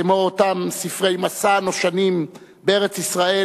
כמו אותם ספרי מסע נושנים בארץ-ישראל,